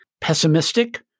pessimistic